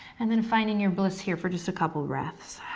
and then finding your bliss here for just a couple breaths.